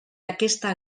aquesta